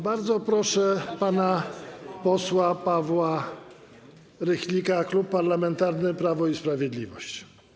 Bardzo proszę pana posła Pawła Rychlika, Klub Parlamentarny Prawo i Sprawiedliwość.